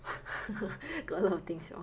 got a lot of things wrong